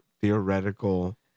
theoretical